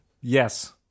Yes